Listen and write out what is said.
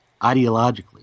ideologically